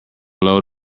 load